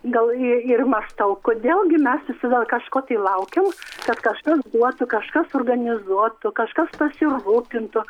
gal ir ir mąstau kodėl gi mes visi vėl kažko tai laukiam kad kažkas duotų kažkas suorganizuotų kažkas pasirūpintų